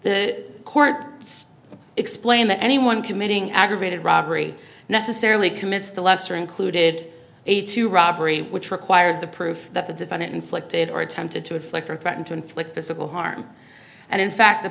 the court explained that any one committing aggravated robbery necessarily commits the lesser included a two robbery which requires the proof that the defendant inflicted or attempted to inflict or threaten to inflict physical harm and in fact the